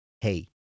hey